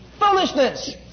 Foolishness